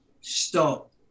stop